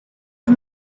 the